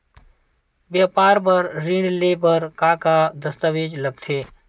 व्यापार बर ऋण ले बर का का दस्तावेज लगथे?